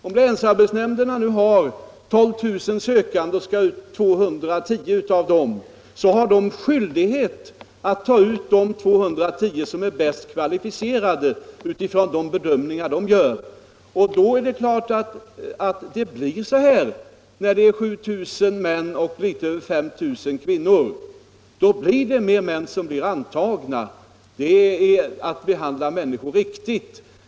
Om länsstyrelserna nu har 12 000 sökande och skall ta ut 210 av dessa, så har de skyldighet att ta ut de 210 som är bäst kvalificerade utifrån de bedömningar de gör. När det då är 7 000 män och litet över 5 000 kvinnor som sökt, är det klart att det blir fler män som antas. Det är att behandla människor riktigt.